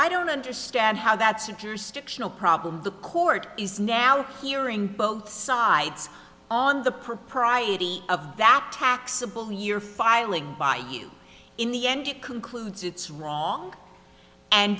i don't understand how that secures no problem the court is now hearing both sides on the propriety of that taxable year filing by you in the end it concludes it's wrong and